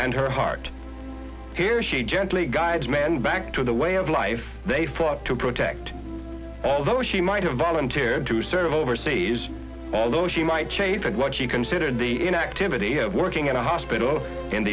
and her heart here she gently guide men back to the way of life they fought to protect although she might have volunteered to serve overseas although she might change said what she considered the inactivity of working at a hospital in